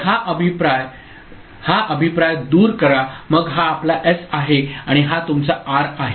तर हा अभिप्राय हा अभिप्राय दूर करा मग हा आपला एस आहे आणि हा तुमचा आर आहे